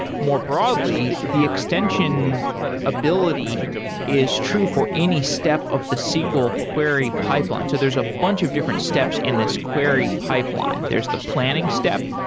more broadly, the extension ability is true for any step of the sql query pipeline. so there's a bunch of different steps in this query pipeline. there's the planning step,